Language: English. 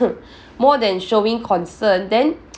more than showing concern then